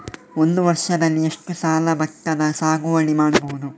ಒಂದು ವರ್ಷದಲ್ಲಿ ಎಷ್ಟು ಸಲ ಭತ್ತದ ಸಾಗುವಳಿ ಮಾಡಬಹುದು?